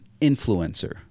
influencer